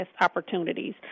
opportunities